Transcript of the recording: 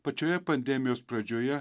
pačioje pandemijos pradžioje